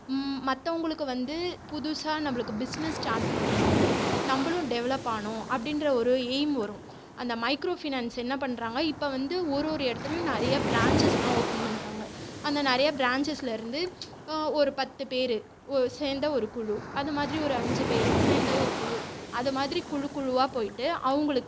மத்தவங்களுக்கு வந்து புதுசா நம்மளுக்கு பிஸ்னஸ் ஸ்டார்ட் பண்ணணும் நம்மளும் டெவலப் ஆகணும் அப்படின்ற ஒரு எயிம் வரும் அந்த மைக்ரோ ஃபினான்ஸ் என்ன பண்ணுறாங்க இப்ப வந்து ஒரு ஒரு இடத்துலையும் நிறைய பிராஞ்சஸ்லாம் ஓப்பன் பண்றாங்க அந்த நிறைய பிராஞ்சஸ்லேருந்து ஒரு பத்துப் பேரு ஓ சேர்ந்த ஒரு குழு அது மாதிரி ஒரு அஞ்சு பேரு சேந்த ஒரு குழு அது மாதிரி குழு குழுவா போயிட்டு அவங்களுக்கு